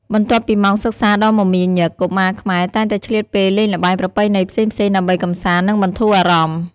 បន្ទាប់ពីម៉ោងសិក្សាដ៏មមាញឹក កុមារខ្មែរតែងតែឆ្លៀតពេលលេងល្បែងប្រពៃណីផ្សេងៗ ដើម្បីកម្សាន្ត និងបន្ធូរអារម្មណ៍។